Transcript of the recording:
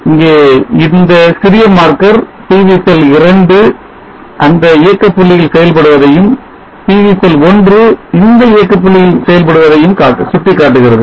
இங்கே இந்த சிறிய மார்க்கர் PV செல் 2 அந்த இயக்க புள்ளியில் செயல்படுவதையும் PV செல் 1 இந்த இயக்க புள்ளியில் செயல்படுவதையும் சுட்டிக் காட்டுகிறது